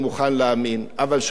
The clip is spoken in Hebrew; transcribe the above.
אבל שהוצאתם לו את הנשמה,